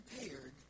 prepared